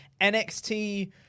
NXT